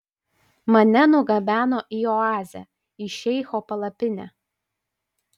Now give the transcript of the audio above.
mane nugabeno į oazę į šeicho palapinę